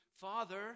Father